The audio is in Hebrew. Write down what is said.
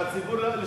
שהציבור שמקשיב לנו,